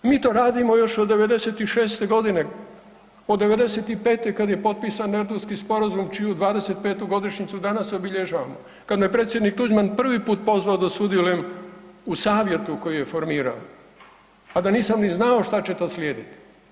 Mi to radimo još od '96. g., od '95. kad je potpisan Erdutski sporazum čiju 25. godišnjicu danas obilježavamo, kad me predsjednik Tuđman prvi put pozvao da sudjelujem u savjetu koji je formirao, a da nisam ni znao što će to slijediti.